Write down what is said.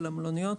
של המלוניות,